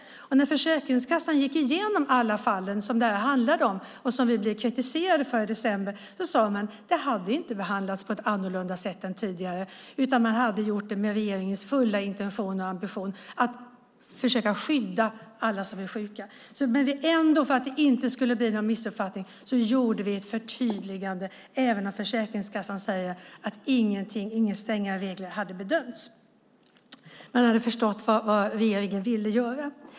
När Försäkringskassan gick igenom alla de fall som detta handlade om och som vi blev kritiserade för i december sade man att det hade inte behandlats på ett annorlunda sätt än tidigare, utan man hade gjort det enligt regeringens fulla ambition och intention: att försöka skydda alla som är sjuka. Men för att det ändå inte skulle bli några missuppfattningar gjorde vi ett förtydligande, även om Försäkringskassan säger att inga strängare regler hade bedömts. Man hade alltså förstått vad regeringen ville göra.